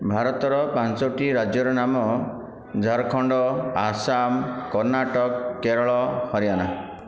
ଭାରତର ପାଞ୍ଚୋଟି ରାଜ୍ୟର ନାମ ଝାରଖଣ୍ଡ ଆସାମ କର୍ଣ୍ଣାଟକ କେରଳ ହରିଆନା